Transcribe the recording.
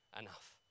enough